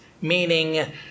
Meaning